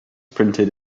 printed